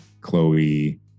Chloe